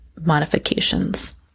modifications